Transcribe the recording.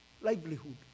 livelihood